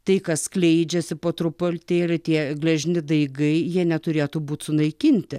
tai kas skleidžiasi po truputėlį tie gležni daigai jie neturėtų būt sunaikinti